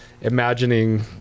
imagining